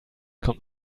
kommt